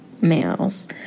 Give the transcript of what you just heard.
males